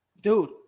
Dude